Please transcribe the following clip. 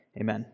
Amen